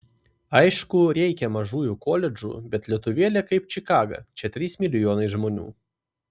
aišku reikia mažųjų koledžų bet lietuvėlė kaip čikaga čia trys milijonai žmonių